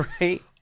Right